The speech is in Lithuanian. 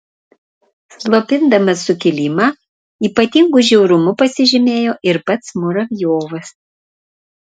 slopindamas sukilimą ypatingu žiaurumu pasižymėjo ir pats muravjovas